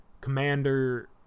commander